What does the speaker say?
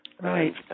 Right